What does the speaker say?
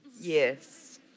Yes